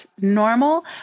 normal